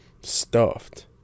Stuffed